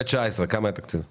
כמה היה התקציב ב-2019?